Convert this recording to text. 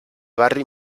barri